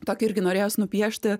tokį irgi norėjos nupiešti